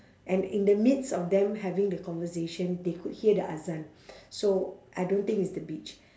and in the midst of them having the conversation they could hear the azan so I don't think it's the beach